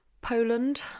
Poland